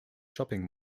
shopping